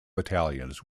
battalions